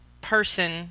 person